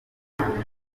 nabonye